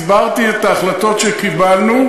כי הסברתי את ההחלטות שקיבלנו,